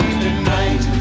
tonight